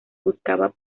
buscaba